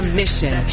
mission